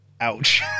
Ouch